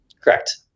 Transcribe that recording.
Correct